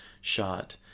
shot